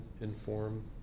inform